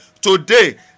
Today